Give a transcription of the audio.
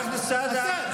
חבר הכנסת סעדה,